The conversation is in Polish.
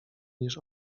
niż